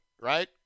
right